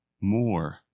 more